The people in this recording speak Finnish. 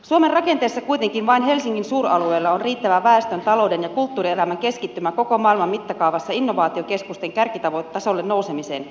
suomen rakenteessa kuitenkin vain helsingin suuralueella on riittävä väestön talouden ja kulttuurielämän keskittymä koko maailman mittakaavassa innovaatiokeskusten kärkitasolle nousemiseen